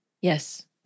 yes